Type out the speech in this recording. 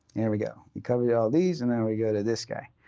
here we go. we covered all these, and then we go to this guy,